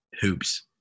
hoops